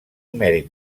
mèrit